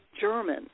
German